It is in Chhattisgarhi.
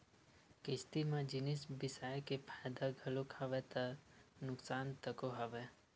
किस्ती म जिनिस बिसाय के फायदा घलोक हवय ता नुकसान तको हवय